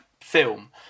film